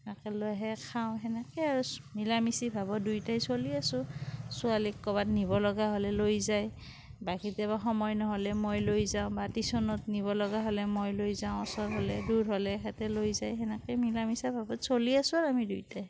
একেলগে খাওঁ সেনেকেই আৰু মিলামিচি ভাৱত দুয়োটাই চলি আছোঁ ছোৱালীক ক'ৰবাত নিব লগা হ'লে লৈ যায় বা কেতিয়াবা সময় নহ'লে মই লৈ যাওঁ বা টিউশ্যনত নিব লগা হ'লে মই লৈ যাওঁ ওচৰ হ'লে দূৰ হ'লে এখেতে লৈ যায় সেনেকেই মিলামিচা ভাৱত চলি আছোঁ আৰু আমি দুয়োটাই